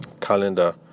calendar